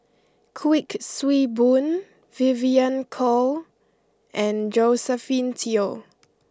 Kuik Swee Boon Vivien Goh and Josephine Teo